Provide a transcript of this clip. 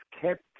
kept